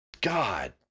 God